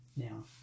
Now